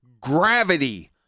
gravity